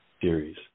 series